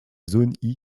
zone